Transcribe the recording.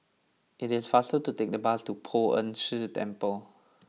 it is faster to take the bus to Poh Ern Shih Temple